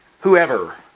Whoever